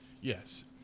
Yes